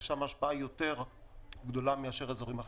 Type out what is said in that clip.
ושם ההשפעה יותר גדולה מאשר באזורים אחרים.